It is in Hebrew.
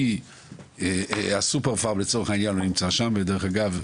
דרך אגב,